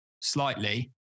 slightly